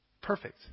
Perfect